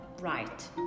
right